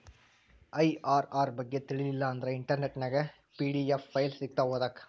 IRR ಬಗ್ಗೆ ತಿಳಿಲಿಲ್ಲಾ ಅಂದ್ರ ಇಂಟರ್ನೆಟ್ ನ್ಯಾಗ ಪಿ.ಡಿ.ಎಫ್ ಫೈಲ್ ಸಿಕ್ತಾವು ಓದಾಕ್